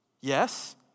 Yes